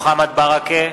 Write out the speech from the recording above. מוחמד ברכה,